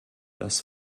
das